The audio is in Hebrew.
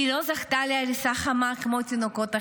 היא לא זכתה לעריסה חמה כמו תינוקות אחרים.